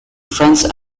france